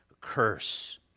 curse